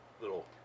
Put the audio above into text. little